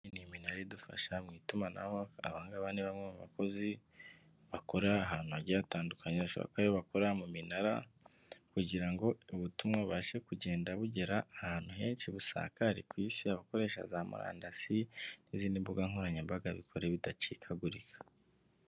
Iminara idufasha mu itumanaho abangaba bamwe mu bakozi bakora ahantu hagiye hatandukanye bashoboka iyo bakora mu minara kugira ngo ubutumwa bubashe kugenda bugera ahantu henshi busakare ku isi abakoresha za murandasi n'izindi mbuga nkoranyambaga bikorewe ibidacikagurika.